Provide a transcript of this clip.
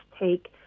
take